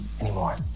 anymore